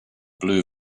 blue